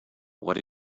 what